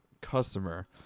customer